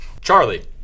Charlie